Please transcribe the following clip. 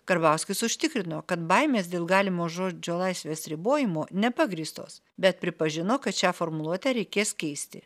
karbauskis užtikrino kad baimės dėl galimo žodžio laisvės ribojimo nepagrįstos bet pripažino kad šią formuluotę reikės keisti